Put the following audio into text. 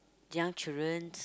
young children